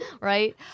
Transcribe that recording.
Right